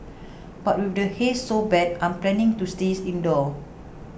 but with the haze so bad I'm planning to stay indoors